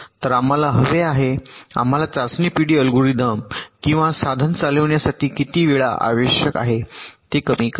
तर आम्हाला हवे आहे आम्हाला चाचणी पिढी अल्गोरिदम किंवा साधन चालविण्यासाठी किती वेळा आवश्यक आहे ते कमी करा